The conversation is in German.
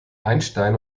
einstein